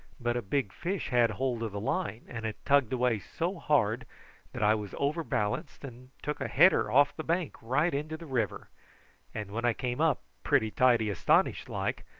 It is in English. but a big fish had hold of the line, and it tugged away so hard that i was overbalanced, and took a header off the bank right into the river and when i came up, pretty tidy astonished like,